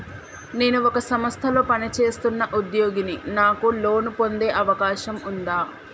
నేను ఒక సంస్థలో పనిచేస్తున్న ఉద్యోగిని నాకు లోను పొందే అవకాశం ఉందా?